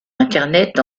internet